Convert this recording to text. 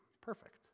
perfect